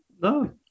No